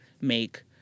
make